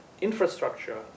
infrastructure